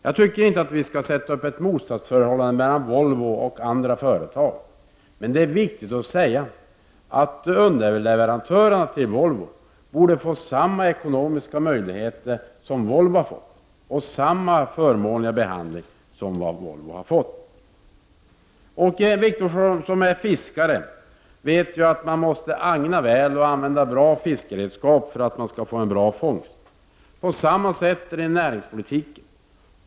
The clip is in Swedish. Jag tycker inte att vi skall sätta upp ett motsatsförhållande mellan Volvo och andra företag. Men det är viktigt att säga att underleverantörerna till Volvo borde få samma ekonomiska möjligheter och samma förmånliga behandling som Volvo har fått. Åke Wictorsson som är fiskare vet ju att man måste agna väl och använda bra fiskeredskap för att man skall få en bra fångst. På samma sätt förhåller det sig inom näringspolitiken.